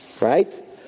right